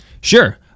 Sure